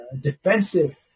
defensive